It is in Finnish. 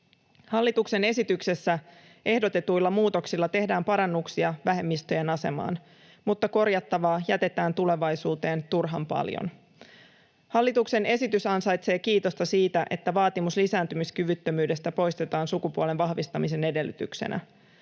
Hallituksen esityksessä ehdotetuilla muutoksilla tehdään parannuksia vähemmistöjen asemaan, mutta korjattavaa jätetään tulevaisuuteen turhan paljon. Hallituksen esitys ansaitsee kiitosta siitä, että vaatimus lisääntymiskyvyttömyydestä poistetaan sukupuolen vahvistamisen edellytyksenä.